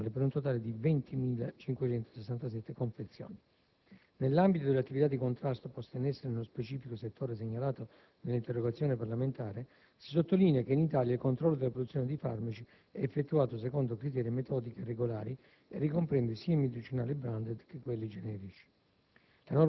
per un totale di 20.567 confezioni. Nell'ambito dell'attività di contrasto posta in essere nello specifico settore segnalato nell'interrogazione parlamentare, si sottolinea che in Italia il controllo della produzione di farmaci è effettuato secondo criteri e metodiche regolari, e ricomprende sia i medicinali «*branded*» che quelli generici.